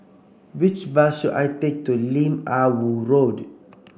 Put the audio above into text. which bus should I take to Lim Ah Woo Road